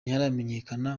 ntiharamenyekana